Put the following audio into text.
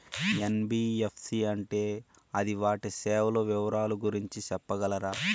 NBFC అంటే అది వాటి సేవలు వివరాలు గురించి సెప్పగలరా?